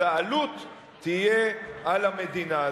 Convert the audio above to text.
אז העלות תהיה על המדינה.